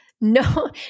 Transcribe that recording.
no